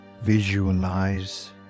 visualize